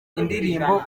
indirimbo